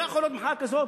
לא יכולה להיות מחאה כזאת,